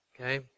Okay